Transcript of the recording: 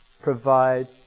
provide